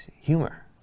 humor